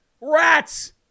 Rats